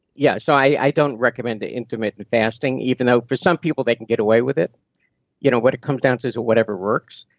yeah, so i don't recommend intermittent fasting, even though for some people they can get away with it you know what it comes down to is whatever works,